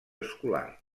escolar